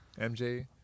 MJ